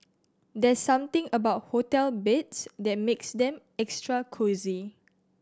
there's something about hotel beds that makes them extra cosy